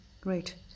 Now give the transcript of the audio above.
Great